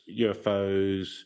UFOs